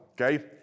okay